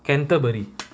canterbury